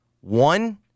One